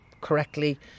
correctly